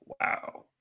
Wow